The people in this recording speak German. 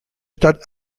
stadt